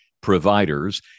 Providers